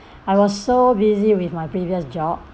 I was so busy with my previous job